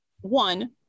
One